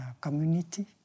community